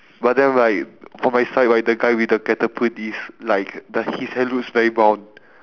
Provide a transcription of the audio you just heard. but then right for my side right the guy with the catapult is like the his hair looks very brown